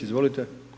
Izvolite.